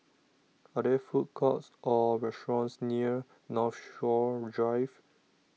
Are There Food Courts Or restaurants near Northshore Drive